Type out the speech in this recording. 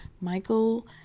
michael